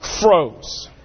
froze